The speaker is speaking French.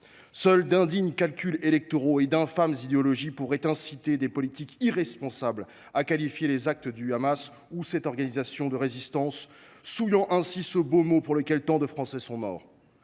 Seuls d’indignes calculs électoraux et d’infâmes idéologies pourraient inciter des politiques irresponsables à qualifier les actes du Hamas, ou cette organisation elle même, de « résistance », souillant ainsi ce beau mot pour lequel tant de Français sont morts.